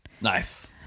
nice